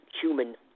human